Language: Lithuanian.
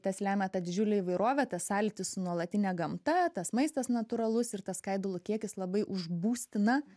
tas lemia tą didžiulę įvairovę tą sąlytį su nuolatine gamta tas maistas natūralus ir tas skaidulų kiekis labai užbūstina